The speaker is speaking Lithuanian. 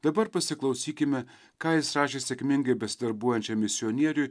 dabar pasiklausykime ką jis rašė sėkmingai besidarbuojančiam misionieriui